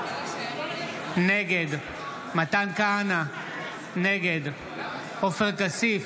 נגד מתן כהנא, נגד עופר כסיף,